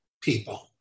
people